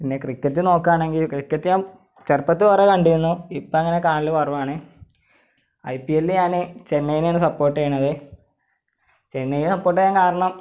പിന്നെ ക്രിക്കറ്റ് നോക്കുക ആണെങ്കിൽ ക്രിക്കറ്റ് ഞാന് ചെറുപ്പത്തിൽ കുറെ കണ്ടിരുന്നു ഇപ്പോൾ അങ്ങനെ കാണൽ കുറവാണ് ഐ പി എല്ലിൽ ഞാൻ ചെന്നൈയെ ആണ് സപ്പോര്ട്ട് ചെയ്യുന്നത് ചെന്നൈയെ സപ്പോര്ട്ടു ചെയ്യാൻ കാരണം